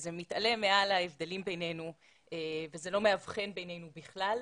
זה מתעלה מעל ההבדלים בינינו וזה לא מאבחן בינינו בכלל.